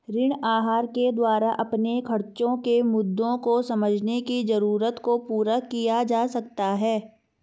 ऋण आहार के द्वारा अपने खर्चो के मुद्दों को समझने की जरूरत को पूरा किया जा सकता है